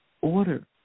order